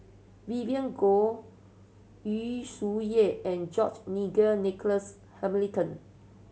Vivien Goh Yu Zhuye and George Nigel Douglas